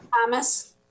Thomas